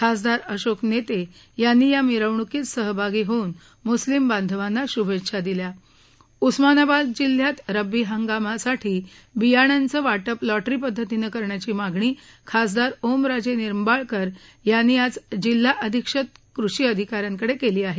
खस्तिदार अशोक नेते याती या मिरवणुकीत सहभाती होऊन मुस्लिम बधिवना शुभेच्छ दिल्या उस्मानाबाद जिल्ह्यात रब्बी हंगामासाठी बियाण्यांचं वाटप लॉटरी पद्धतीनं करण्याची मागणी खासदार ओमराजे निबाळकर यांनी जिल्हा अधिक्षक कृषी अधिकाऱ्यांकडे केली आहे